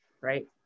right